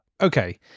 Okay